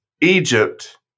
Egypt